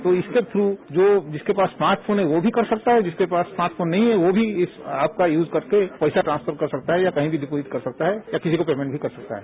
तो इसके थ्रू जो जिसके पास स्मार्ट फोन है वो भी कर सकता है और जिसके पास स्मार्ट फोन नहीं है वो भी इस ऐप का यूज कर के पैसा ट्रांस्फर कर सकता है या कहीं भी डिपोजिट कर सकता है या किसी को पेमेन्ट भी कर सकता है